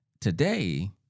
today